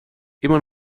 immer